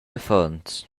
affons